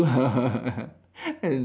and